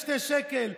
ב-2 שקלים,